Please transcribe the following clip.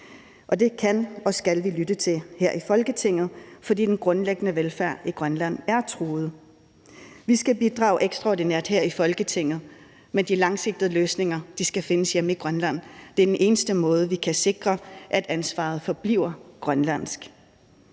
og det kan og skal vi lytte til her i Folketinget, for den grundlæggende velfærd i Grønland er truet. Vi skal bidrage ekstraordinært her i Folketinget, men de langsigtede løsninger skal findes hjemme i Grønland. Det er den eneste måde, vi kan sikre, at ansvaret forbliver grønlandsk